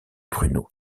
pruneaux